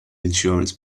insurance